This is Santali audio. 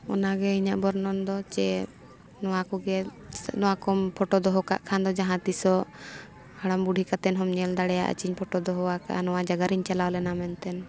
ᱚᱱᱟᱜᱮ ᱤᱧᱟᱹᱜ ᱵᱚᱨᱱᱚᱱ ᱫᱚ ᱡᱮ ᱱᱚᱣᱟ ᱠᱚᱜᱮ ᱱᱚᱣᱟ ᱠᱚᱢ ᱯᱷᱳᱴᱳ ᱫᱚᱦᱚ ᱠᱟᱜ ᱠᱷᱟᱱ ᱫᱚ ᱡᱟᱦᱟᱸ ᱛᱤᱥᱚᱜ ᱦᱟᱲᱟᱢ ᱵᱩᱰᱷᱤ ᱠᱟᱛᱮ ᱦᱚᱸᱢ ᱧᱮᱞ ᱫᱟᱲᱮᱭᱟᱜᱼᱟ ᱡᱤᱧ ᱯᱷᱳᱴᱳ ᱫᱚᱦᱚ ᱟᱠᱟᱫᱼᱟ ᱱᱚᱣᱟ ᱡᱟᱭᱜᱟ ᱨᱤᱧ ᱪᱟᱞᱟᱣ ᱞᱮᱱᱟ ᱢᱮᱱᱛᱮ